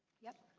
yes.